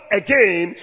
again